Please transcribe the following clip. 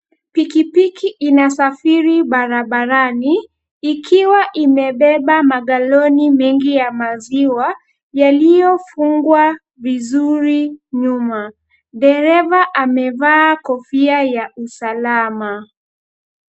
Pikipiki inasafiri barabarani ikiwa imebeba magaloni mengi ya maziwa, yaliyofungwa vizuri nyuma. Dereva amevaa kofia ya usalama.